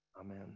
Amen